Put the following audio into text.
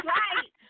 right